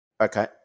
Okay